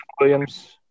Williams